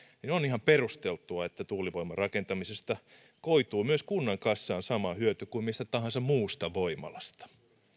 niin on ihan perusteltua että tuulivoiman rakentamisesta koituu myös kunnan kassaan sama hyöty kuin mistä tahansa muusta voimalasta